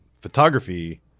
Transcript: photography